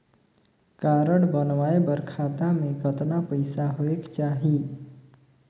Card बनवाय बर खाता मे कतना पईसा होएक चाही?